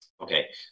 Okay